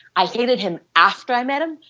i hated him after i met him,